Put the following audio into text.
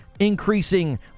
increasing